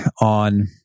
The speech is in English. on